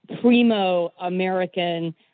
primo-American